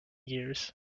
years